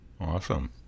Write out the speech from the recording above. Awesome